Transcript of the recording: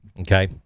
okay